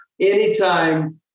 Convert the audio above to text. anytime